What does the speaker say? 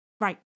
Right